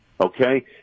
Okay